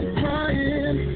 crying